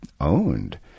owned